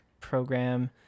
program